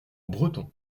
breton